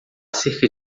cerca